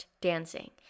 dancing